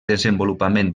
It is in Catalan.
desenvolupament